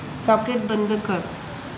socket बंद कर